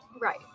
Right